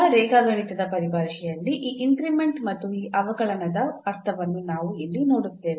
ಈಗ ರೇಖಾಗಣಿತದ ಪರಿಭಾಷೆಯಲ್ಲಿ ಈ ಇನ್ಕ್ರಿಮೆಂಟ್ ಮತ್ತು ಈ ಅವಕಲನದ ಅರ್ಥವನ್ನು ನಾವು ಇಲ್ಲಿ ನೋಡುತ್ತೇವೆ